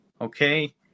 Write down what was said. Okay